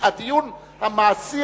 והדיון המעשי,